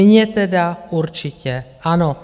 Mně tedy určitě ano.